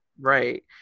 Right